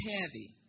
heavy